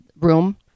room